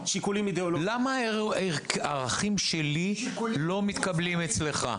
למה הערכים שלי לא מתקבלים אצלך?